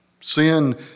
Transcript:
Sin